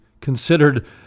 considered